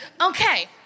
Okay